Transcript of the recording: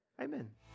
Amen